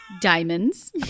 Diamonds